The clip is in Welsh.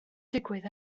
digwydd